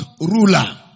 ruler